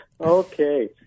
Okay